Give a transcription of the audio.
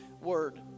word